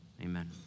amen